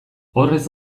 horrez